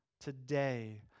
today